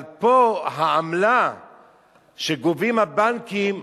אבל פה העמלה שגובים הבנקים,